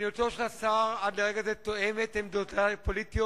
מדיניותו של השר עד לרגע זה תואמת את עמדותי הפוליטיות,